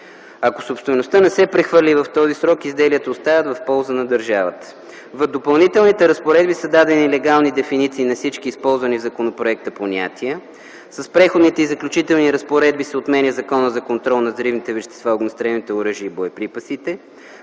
Ако собствеността не се прехвърли в този срок, изделията остават в полза на държавата. В Допълнителните разпоредби са дадени легални дефиниции на всички използвани в законопроекта понятия. С Преходните и заключителните разпоредби се отменя Законът за контрол над взривните вещества, огнестрелните оръжия и боеприпасите.